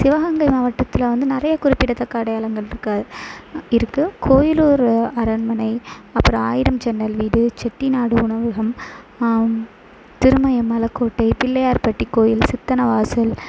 சிவகங்கை மாவட்டத்தில் வந்து நிறையா குறிப்பிட்டதக்க அடையாளங்கள் இருக்கு இருக்கு கோயிலூர் அரண்மனை அப்புறோம் ஆயிரம் ஜன்னல் வீடு செட்டிநாடு உணவகம் திருமயம் மலைக்கோட்டை பிள்ளையார்பட்டி கோயில் சித்தனை வாசல்